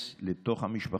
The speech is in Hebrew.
נגמר לך הזמן